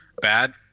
bad